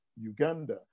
Uganda